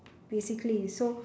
basically so